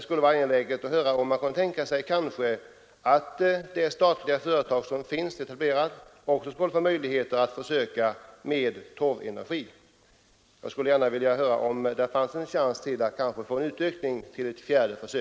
Kunde man inte tänka sig en utökning av försöksverksamhet med torvenergi att omfatta även det statliga företag som är etablerat i Hässleholm?